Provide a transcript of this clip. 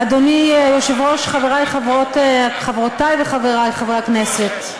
אדוני היושב-ראש, חברותי וחברי חברי הכנסת,